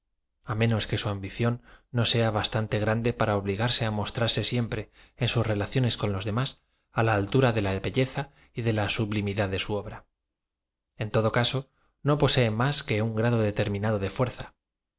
á menos que su ambición no sea bastante gran de para obligarse á moatrarse siempre en sus relacio nes con los demás á la altura de la belleza y de la sublimidad de su obra n todo caso no posee más que un grado determinado de fuerza